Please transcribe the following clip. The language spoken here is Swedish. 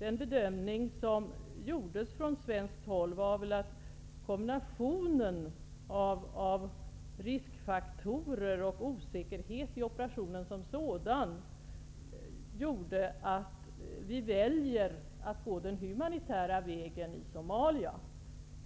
Vi märker nu och vi märkte vid Lisbeth Palmes besök i Somalia för någon vecka sedan att den bedömning som gjordes från svenskt håll var riktig.